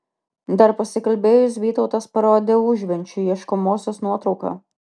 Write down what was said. dar pasikalbėjus vytautas parodė užvenčiui ieškomosios nuotrauką